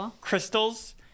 crystals